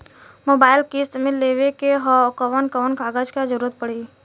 Mobile किस्त मे लेवे के ह कवन कवन कागज क जरुरत पड़ी?